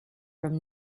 from